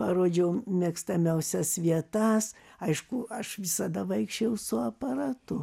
parodžiau mėgstamiausias vietas aišku aš visada vaikščiojau su aparatu